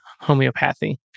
Homeopathy